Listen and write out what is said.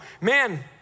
man